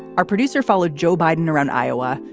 our producer followed joe biden around iowa,